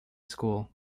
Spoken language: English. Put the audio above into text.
school